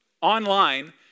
online